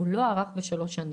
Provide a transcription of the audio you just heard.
ולא בשלוש שנים.